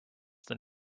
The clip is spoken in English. than